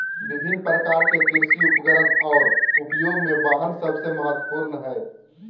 विभिन्न प्रकार के कृषि उपकरण और उपयोग में वाहन सबसे महत्वपूर्ण हइ